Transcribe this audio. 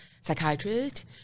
psychiatrist